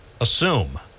assume